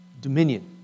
Dominion